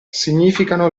significano